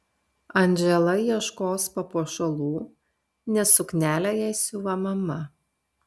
andžela ieškos papuošalų nes suknelę jai siuva mama